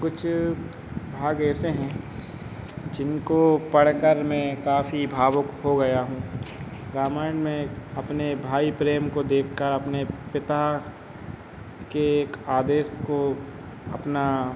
कुछ भाग ऐसे हैं जिनको पढ़कर मे काफ़ी भावुक हो गया हूँ रामायण में अपने भाई प्रेम को देखकर अपने पिता के एक आदेश को अपना